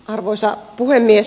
arvoisa puhemies